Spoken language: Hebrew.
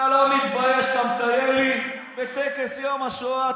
אתה לא מתבייש, אתה מטייל לי בטקס יום השואה,